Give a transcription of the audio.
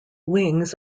wings